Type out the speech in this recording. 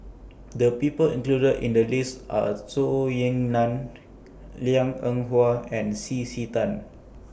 The People included in The list Are Zhou Ying NAN Liang Eng Hwa and C C Tan